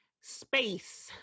space